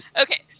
Okay